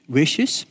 wishes